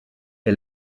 est